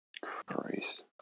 Christ